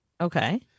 Okay